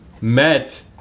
met